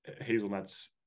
hazelnuts